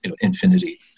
infinity